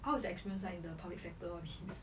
how was the experience like in the public sector of his